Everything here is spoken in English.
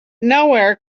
nowhere